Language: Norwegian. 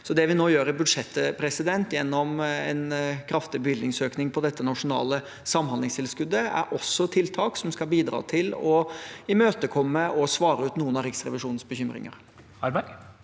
Det vi nå gjør i budsjettet, gjennom en kraftig bevilgningsøkning på dette nasjonale samhandlingstilskuddet, er også tiltak som skal bidra til å imøtekomme og svare på noen av Riksrevisjonens bekymringer.